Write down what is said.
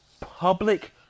public